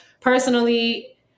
personally